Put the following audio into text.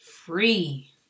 free